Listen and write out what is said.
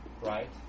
right